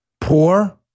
poor